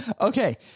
Okay